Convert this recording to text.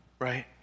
Right